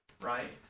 right